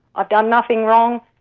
i've done nothing wrong!